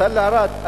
תל-ערד,